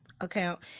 account